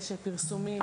יש פרסומים,